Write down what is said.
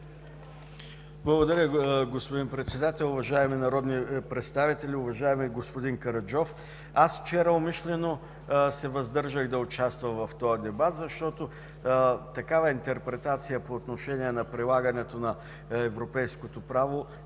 Благодаря, господин Председател. Уважаеми народни представители! Уважаеми господин Караджов, аз вчера умишлено се въздържах да участвам в този дебат, защото такава интерпретация по отношение прилагането на европейското право не